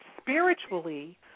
spiritually